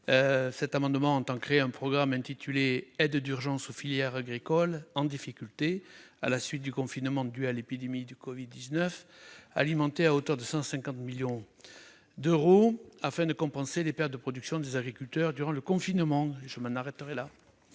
Cet amendement de M. Montaugé tend à créer un programme intitulé « Aides d'urgence aux filières agricoles en difficulté à la suite du confinement dû à l'épidémie de covid-19 », alimenté à hauteur de 150 millions d'euros, afin de compenser les pertes de production des agriculteurs durant le confinement.